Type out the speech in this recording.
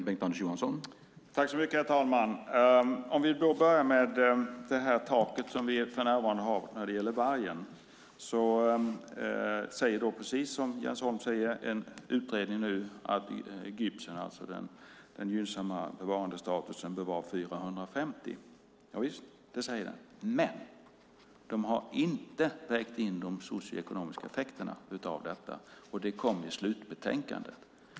Herr talman! Om vi börjar med det tak vi för närvarande har när det gäller vargen säger, precis som Jens Holm säger, en utredning nu att GYBS:en, alltså den gynnsamma bevarandestatusen, bör vara 450. Det säger utredningen, men den har inte vägt in de socioekonomiska effekterna av detta, och det kommer i slutbetänkandet.